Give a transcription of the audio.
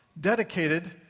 dedicated